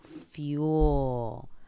fuel